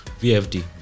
vfd